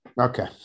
Okay